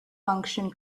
function